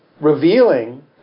revealing